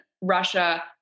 Russia